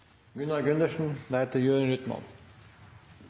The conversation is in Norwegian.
Gunnar Gundersen